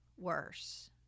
worse